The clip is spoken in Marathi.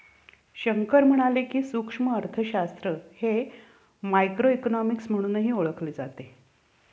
शंकर म्हणाले की, सूक्ष्म अर्थशास्त्र हे मायक्रोइकॉनॉमिक्स म्हणूनही ओळखले जाते